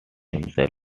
himself